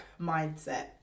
mindset